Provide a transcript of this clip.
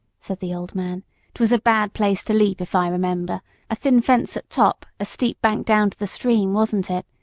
said the old man twas a bad place to leap, if i remember a thin fence at top, a steep bank down to the stream, wasn't it?